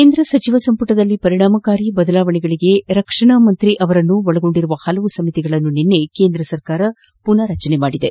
ಕೇಂದ್ರ ಸಚಿವ ಸಂಮಟದಲ್ಲಿ ಪರಿಣಾಮಕಾರಿ ಬದಲಾವಣೆಗೆ ರಕ್ಷಣಾ ಮಂತ್ರಿ ಅವರನ್ನು ಒಳಗೊಂಡಿರುವ ಪಲವು ಸಮಿತಿಗಳನ್ನು ನಿನ್ನೆ ಕೇಂದ್ರ ಸರ್ಕಾರ ಮನರ್ ರಚಿಸಿದೆ